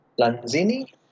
Lanzini